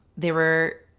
they were